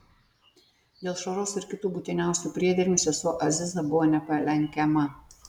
dėl švaros ir kitų būtiniausių priedermių sesuo aziza buvo nepalenkiama